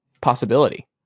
possibility